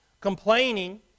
Complaining